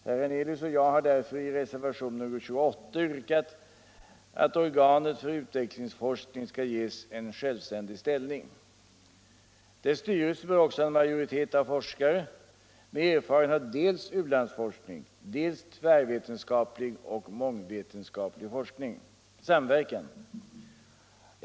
Herr Hernelius och jag har därför i reservationen 28 yrkat att organet för utvecklingsforskning skall ges en självständig ställning. Dess styrelse bör också ha en majoritet av forskare med erfarenhet av dels u-landsforskning, dels tvärvetenskaplig och mångvetenskaplig samverkan.